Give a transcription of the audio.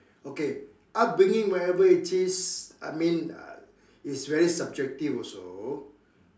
okay upbringing whatever it is I mean uh is very subjective also